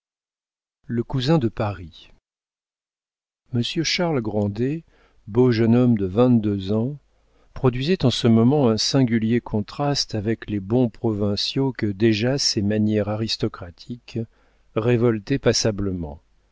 d'étonnement ou de curiosité monsieur charles grandet beau jeune homme de vingt-deux ans produisait en ce moment un singulier contraste avec les bons provinciaux que déjà ses manières aristocratiques révoltaient passablement